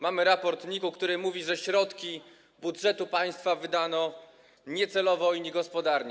Mamy raport NIK-u, który mówi, że środki budżetu państwa wydano niecelowo i niegospodarnie.